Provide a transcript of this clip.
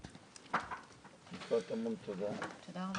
רבה.